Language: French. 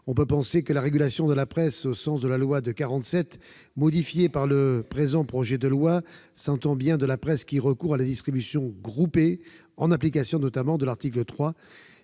On peut penser que la régulation de la presse, au sens de la loi de 1947, modifiée par le présent projet de loi, vise bien la presse recourant à la distribution groupée, en application notamment de l'article 3